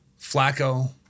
Flacco